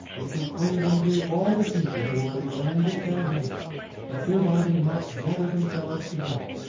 and proclaimed unto all the people who were in the land of zarahemla that thereby they might gather themselves together,